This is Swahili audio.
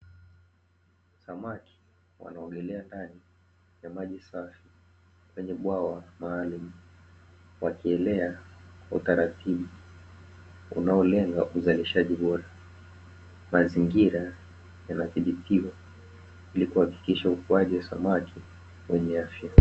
Samaki wanaogelea ndani ya maji safi kwenye bwawa maalumu wakielea kwa taratibu unaolenga uzalishaji bora, mazingira yanadhibitiwa ili kuhakikisha ukuaji wa samaki wenye afya.